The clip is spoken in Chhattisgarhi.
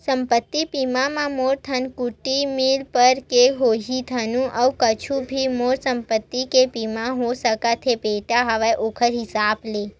संपत्ति बीमा म मोर धनकुट्टी मील भर के होही धुन अउ कुछु भी मोर संपत्ति के बीमा हो सकत हे बेटा हवय ओखर हिसाब ले?